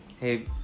hey